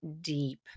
deep